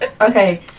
Okay